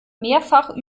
mehrfach